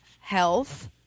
health